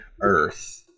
earth